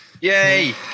yay